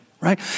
right